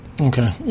Okay